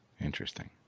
Interesting